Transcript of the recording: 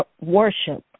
worship